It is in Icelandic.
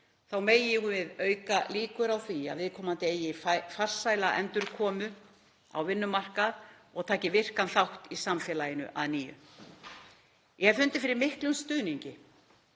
þá megi auka líkur á því að viðkomandi eigi farsæla endurkomu á vinnumarkað og taki virkan þátt í samfélaginu að nýju. Ég hef fundið fyrir miklum stuðningi